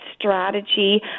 strategy